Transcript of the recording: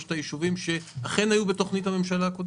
שלושת היישובים שהיו בתוכנית הממשלה הקודמת.